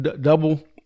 double